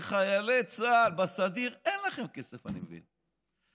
לחיילי צה"ל בסדיר אין לכם כסף, אני מבין.